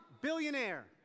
billionaire